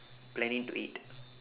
planning to eat